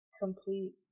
complete